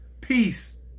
peace